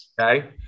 Okay